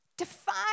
Define